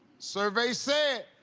survey said.